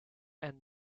and